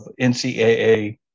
NCAA